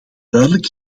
duidelijk